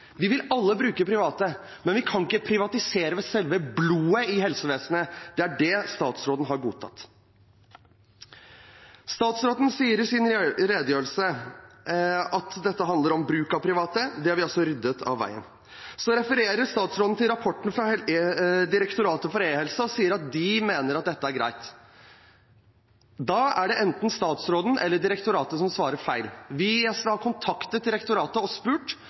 Vi vil alle bruke private, men vi kan ikke privatisere selve blodet i helsevesenet. Det er det statsråden har godtatt. Statsråden sier i sin redegjørelse at dette handler om bruk av private. Det har vi altså ryddet av veien. Så refererer statsråden til rapporten fra Direktoratet for e-helse og sier at de mener at dette er greit. Da er det enten statsråden eller direktoratet som svarer feil. Vi har kontaktet direktoratet og spurt.